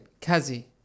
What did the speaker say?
Kazi